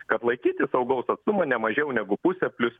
kad laikytis saugaus atstumo nemažiau negu pusę plius